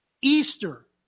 Easter